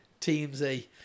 TMZ